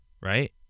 right